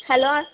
hello